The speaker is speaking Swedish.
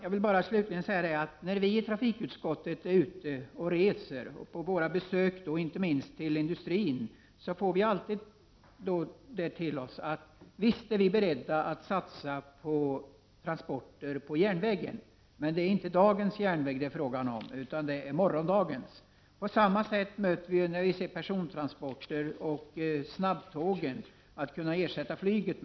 Slutligen vill jag bara säga att när vi i trafikutskottet är ute och reser — inte minst gäller det våra besök på industriföretag — får vi jämt höra: Visst är vi beredda att satsa på transporter på järnvägen. Men det är då inte fråga om dagens järnväg utan om morgondagens. På samma sätt förhåller det sig när det gäller persontransporter och snabbtågen. Det gäller ju att ha ett alternativ till flyget.